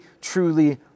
truly